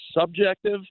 subjective